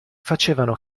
facevano